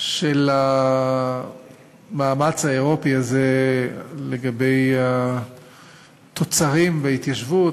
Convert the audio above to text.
של המאמץ האירופי הזה לגבי התוצרים של ההתיישבות,